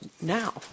now